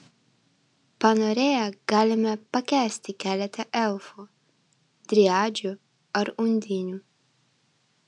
panorėję galime pakęsti keletą elfų driadžių ar undinių